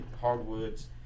hardwoods